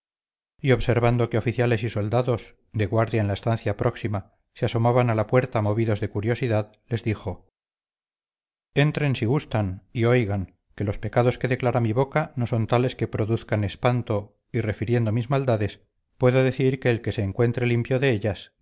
y observando que oficiales y soldados de guardia en la estancia próxima se asomaban a la puerta movidos de curiosidad les dijo entren si gustan y oigan que los pecados que declara mi boca no son tales que produzcan espanto y refiriendo mis maldades puedo decir que el que se encuentre limpio de ellas